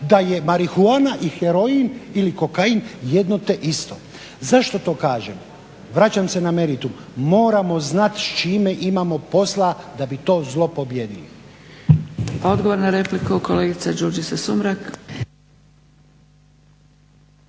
da je marihuana i heroin ili kokain jedno te isto. Zašto to kažem? Vraćam se na meritum, moramo znati s čime imamo posla da bi to zlo pobijedili.